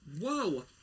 Whoa